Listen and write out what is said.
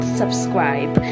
subscribe